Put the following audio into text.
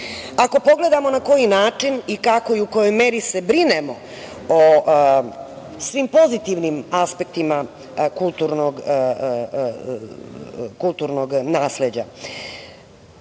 ako pogledamo na koji način i kako u kojoj meri se brinemo o svim pozitivnim aspektima kulturnog